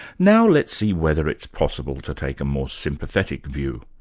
now let's see whether it's possible to take a more sympathetic view.